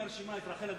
מהרשימה את רחל אדטו.